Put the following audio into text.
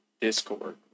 discord